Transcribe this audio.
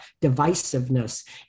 divisiveness